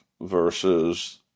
versus